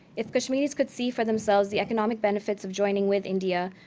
if kashmir could see for themselves the economic benefits of joining with india,